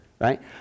right